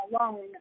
alone